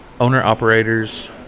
Owner-operators